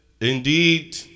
indeed